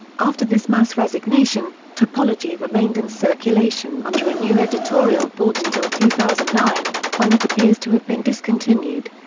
after this mass resignation, topology remained in circulation under a new editorial board until two thousand and nine, when it appears to have been discontinued.